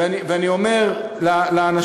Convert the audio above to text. ואני אומר לאנשים,